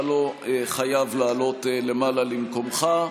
אתה לא חייב לעלות למעלה למקומך.